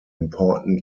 important